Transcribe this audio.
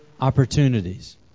opportunities